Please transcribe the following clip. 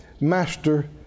master